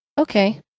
Okay